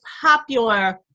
popular